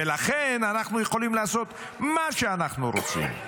ולכן אנחנו יכולים לעשות מה שאנחנו רוצים,